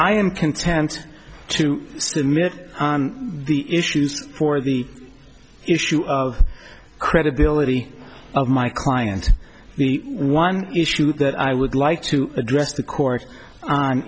i am content to submit on the issues for the issue of credibility of my client the one issue that i would like to address the court